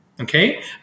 okay